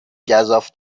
گزاف